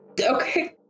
Okay